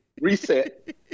reset